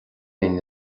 aon